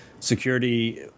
Security